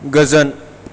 गोजोन